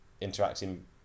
interacting